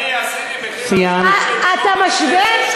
אתה משווה?